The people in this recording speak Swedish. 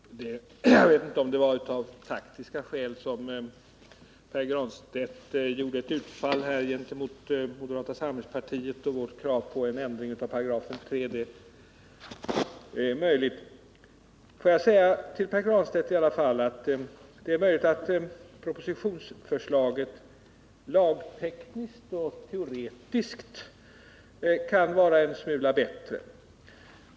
Herr talman! Jag vet inte om det var av taktiska skäl som Pär Granstedt gjorde ett utfall mot moderata samlingspartiet och vårt krav på ändring av 3 §, men det är möjligt. Får jag i alla fall säga till Pär Granstedt att det är möjligt att propositionsförslaget lagtekniskt och teoretiskt kan vara en smula bättre.